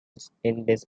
dispatches